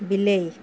ବିଲେଇ